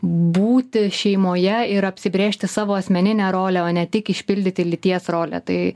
būti šeimoje ir apsibrėžti savo asmeninę rolę o ne tik išpildyti lyties rolę tai